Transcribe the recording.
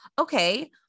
Okay